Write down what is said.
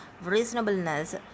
reasonableness